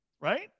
Right